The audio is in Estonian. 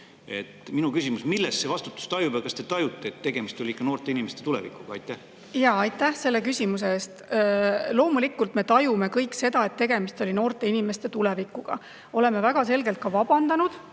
Minu küsimus: milles see vastutus on ja kas te tajute, et tegemist oli ikkagi noorte inimeste tulevikuga? Aitäh selle küsimuse eest! Loomulikult me tajume kõik seda, et tegemist oli noorte inimeste tulevikuga. Oleme väga selgelt ka vabandanud